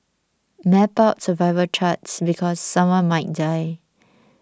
map out survival charts because someone might die